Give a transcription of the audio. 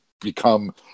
become